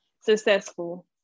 successful